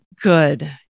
Good